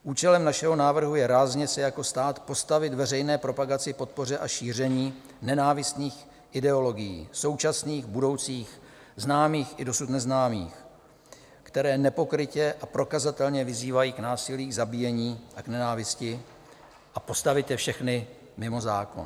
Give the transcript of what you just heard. Účelem našeho návrhu je rázně se jako stát postavit veřejné propagaci, podpoře a šíření nenávistných ideologií, současných, budoucích, známých i dosud neznámých, které nepokrytě a prokazatelně vyzývají k násilí, zabíjení a nenávisti, a postavit je všechny mimo zákon.